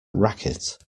racket